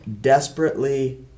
desperately